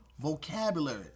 vocabulary